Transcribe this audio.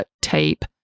tape